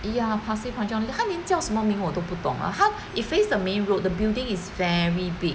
ya pasir panjang 它连叫什么名我都都不懂啦它 it faced the main road the building is very big